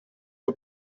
que